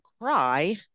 cry